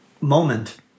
moment